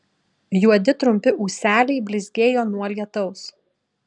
juodi trumpi ūseliai blizgėjo nuo lietaus